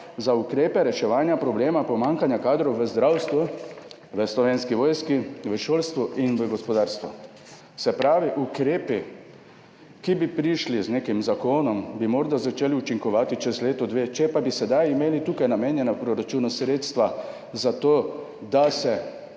za ukrepe reševanja problema pomanjkanja kadrov v zdravstvu, slovenski vojski, šolstvu in gospodarstvu. Se pravi, ukrepi, ki bi prišli z nekim zakonom, bi morda začeli učinkovati čez leto, dve, če pa bi sedaj imeli tukaj namenjena v proračunu sredstva za to, da se